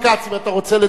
אם אתה רוצה לדבר,